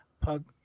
Pug